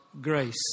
grace